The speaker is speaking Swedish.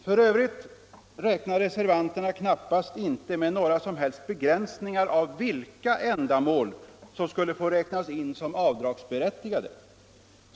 F. ö. räknar reservanterna knappast med några som helst begränsningar av vilka ändamål som skulle få vara avdragsberättigade.